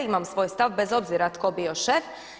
Imam svoj stav bez obzira tko bio šef.